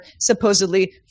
supposedly